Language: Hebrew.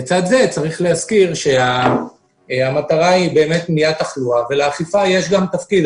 לצד זה צריך להזכיר שהמטרה היא מניעת תחלואה ולאכיפה יש תפקיד.